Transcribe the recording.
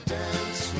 dance